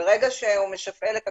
ברגע שהוא משפעל את הכרטיס,